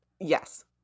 Yes